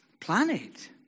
planet